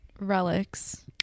relics